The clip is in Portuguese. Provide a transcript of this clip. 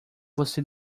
você